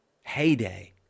heyday